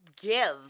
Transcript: give